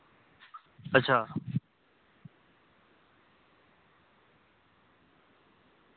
अच्छा